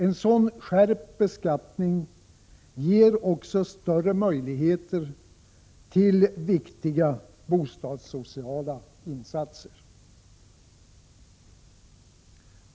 En sådan skärpt beskattning ger också större möjligheter till viktiga bostadssociala insatser.